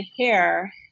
hair